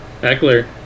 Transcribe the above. Eckler